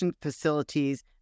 facilities